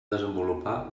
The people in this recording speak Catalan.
desenvolupar